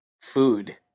food